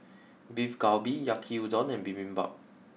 Beef Galbi Yaki Udon and Bibimbap